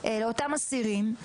לאותם אסירים,